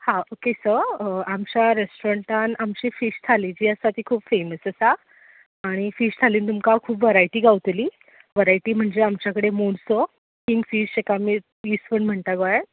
हांव ओके स आमच्या रॅस्ट्रॉरँटान आमची फीश थाली जी आसा ती खूब फेमस आसा आनी फीश थालीन तुमकां खूब वरायटी गावतली वरायटी म्हणजे आमच्या कडेन मोडसो कींग फीश जाका आमी इसवण म्हणटा गोंयान